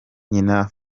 nyina